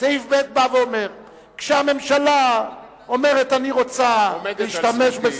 סעיף (ב) בא ואומר שכשהממשלה אומרת: אני רוצה להשתמש בזכותי,